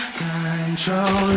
control